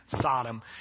Sodom